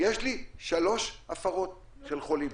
יש שלוש הפרות של חולים.